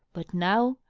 but now,